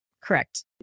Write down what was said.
Correct